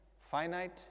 finite